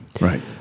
right